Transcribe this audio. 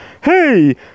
Hey